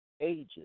ages